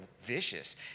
vicious